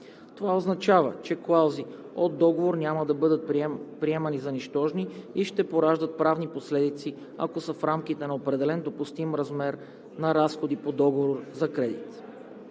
Това означава, че клаузи от договор няма да бъдат приемани за нищожни и ще пораждат правни последици, ако са в рамките на определен допустим размер на разходи по договор за кредит.